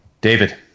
David